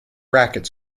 racket